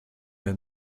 ein